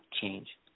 change